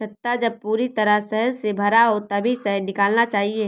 छत्ता जब पूरी तरह शहद से भरा हो तभी शहद निकालना चाहिए